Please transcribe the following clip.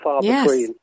Yes